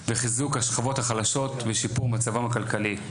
וחיזוק השכבות החלשות ושיפור מצבם הכלכלי.